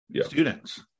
students